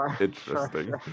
interesting